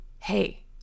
hey